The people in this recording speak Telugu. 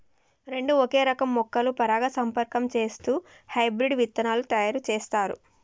రెండు ఒకే రకం మొక్కలు పరాగసంపర్కం చేస్తూ హైబ్రిడ్ విత్తనాలు తయారు చేస్తారు